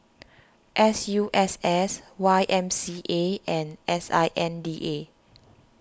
S U S S Y M C A and S I N D A